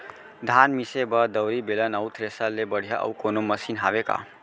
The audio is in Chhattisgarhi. धान मिसे बर दउरी, बेलन अऊ थ्रेसर ले बढ़िया अऊ कोनो मशीन हावे का?